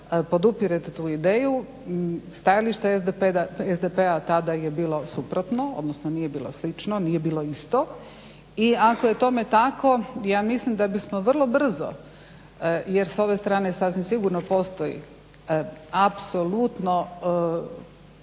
podupirete tu ideju, stajalište SDP-a tada je bilo suprotno, odnosno nije bilo slično, odnosno nije bilo isto. I ako je tome tako ja mislim da bismo vrlo brzo jer se ove strane sasvim sigurno postoji apsolutno